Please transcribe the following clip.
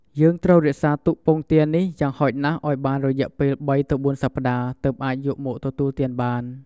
យើងត្រូវរក្សាទុកពងទានេះ យ៉ាងហោចណាស់ឱ្យបានរយៈពេល ៣ទៅ៤សប្តាហ៍ ទើបអាចយកមកទទួលទានបាន។